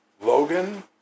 Logan